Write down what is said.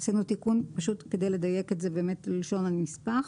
- עשינו תיקון כדי לדייק את זה בלשון הנספח.